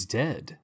dead